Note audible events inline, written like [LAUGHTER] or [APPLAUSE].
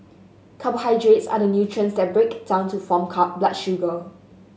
carbohydrates are the nutrients that break down to form [UNINTELLIGIBLE] blood sugar